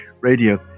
Radio